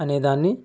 అనే దాన్ని